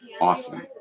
awesome